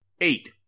Eight